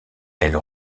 elle